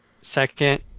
Second